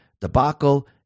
debacle